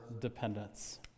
dependence